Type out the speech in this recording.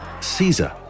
caesar